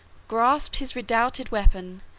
grasped his redoubted weapon,